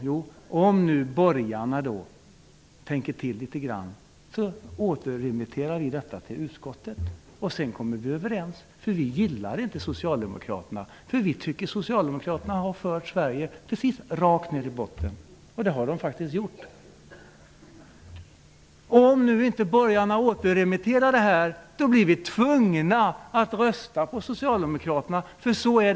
Jo, om nu borgarna tänker till litet grand, så återremitterar de ärendet till utskottet, och sedan kommer vi överens, för vi gillar inte Socialdemokraterna. Vi tycker att Socialdemokraterna har fört Sverige precis rakt ner i botten. Om nu inte borgarna återremitterar ärendet, blir vi tvungna att rösta på Socialdemokraternas förslag.